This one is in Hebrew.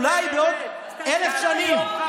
אולי בעוד אלף שנים,